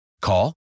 Call